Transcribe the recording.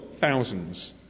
thousands